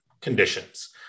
conditions